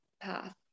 path